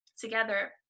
together